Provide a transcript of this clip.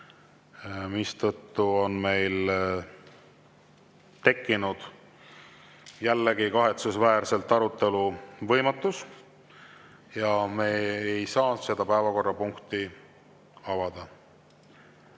mistõttu on meil jällegi tekkinud kahetsusväärselt arutelu võimatus ja me ei saa seda päevakorrapunkti avada.